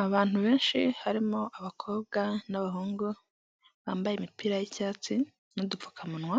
Inzu nshyashya igurishwa mu mujyi wa kigali mu gace ka kanombe ku mafaranga miliyoni mirongo icyenda n'imwe z'amanyarwanda, iyo nzu iri mu